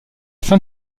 fin